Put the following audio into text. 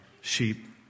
sheep